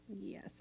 Yes